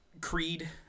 Creed